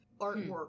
artwork